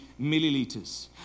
milliliters